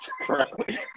correctly